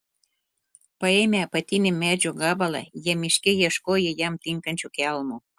paėmę apatinį medžio gabalą jie miške ieškojo jam tinkančio kelmo